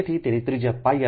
તેથી તેની ત્રિજ્યાπr2છે